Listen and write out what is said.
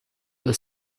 was